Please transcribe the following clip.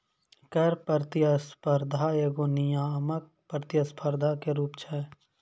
कर प्रतिस्पर्धा एगो नियामक प्रतिस्पर्धा के रूप छै